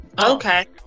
Okay